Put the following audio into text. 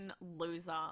loser